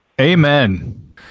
amen